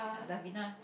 ya Davina